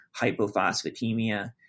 hypophosphatemia